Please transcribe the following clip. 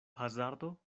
hazardo